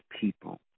people